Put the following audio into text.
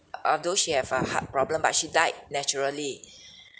although she have a heart problem but she died naturally